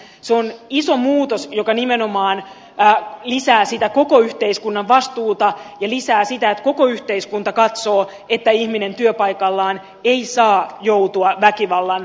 se on iso muutos joka nimenomaan lisää koko yhteiskunnan vastuuta ja lisää sitä että koko yhteiskunta katsoo että ihminen työpaikallaan ei saa joutua väkivallan uhkaamaksi